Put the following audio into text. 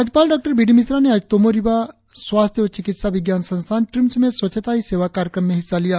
राज्यपाल डॉ B D Mishra ने आज तोमो रिबा स्वास्थ्य और चिकित्सा विज्ञान संस्थान ट्रिम्स में स्वच्छता ही सेवा कार्यक्रम में हिस्सा लिया